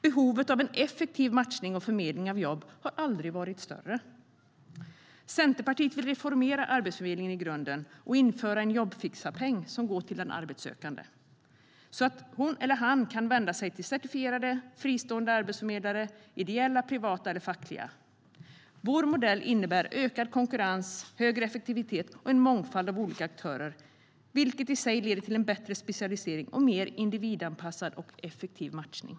Behovet av en effektiv matchning och förmedling av jobb har aldrig varit större. Centerpartiet vill reformera Arbetsförmedlingen i grunden och införa en jobbfixarpeng som går till den arbetssökande så att hon eller han kan vända sig till certifierade fristående arbetsförmedlare som är ideella, privata eller fackliga. Vår modell innebär ökad konkurrens, högre effektivitet och en mångfald av olika aktörer, vilket leder till bättre specialisering och en mer individanpassad och effektiv matchning.